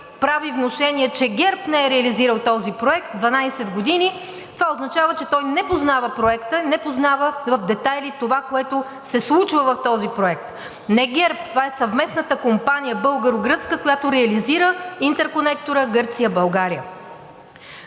прави внушение, че ГЕРБ не е реализирал този проект 12 години, това означава, че той не познава проекта и не познава в детайли това, което се случва в този проект. Не ГЕРБ, това е съвместната българо-гръцка компания, която реализира и интерконектора Гърция – България.